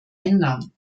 ändern